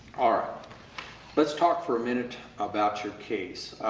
ah let's talk for a minute about your case.